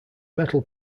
metal